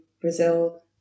brazil